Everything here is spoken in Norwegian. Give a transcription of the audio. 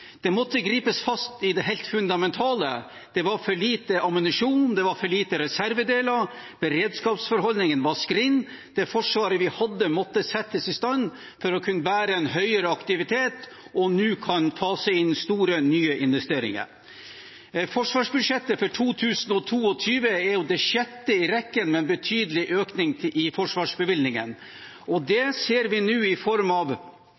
måtte gripe fatt i det helt fundamentale: Det var for lite ammunisjon, det var for lite reservedeler, beredskapsbeholdningen var skrinn, og det Forsvaret vi hadde, måtte settes i stand for å kunne bære en høyere aktivitet – og kan nå fase inn store, nye investeringer. Forsvarsbudsjettet for 2022 er det sjette i rekken med betydelig økning i bevilgningene. Det ser vi nå i form av